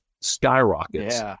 skyrockets